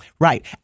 Right